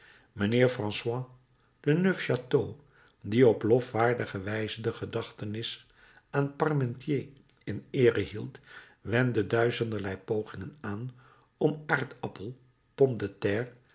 mijnheer françois de neufchâteau die op lofwaardige wijze de gedachtenis aan parmentier in eere hield wendde duizenderlei pogingen aan om aardappel